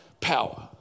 power